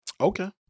Okay